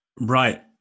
Right